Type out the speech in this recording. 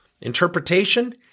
Interpretation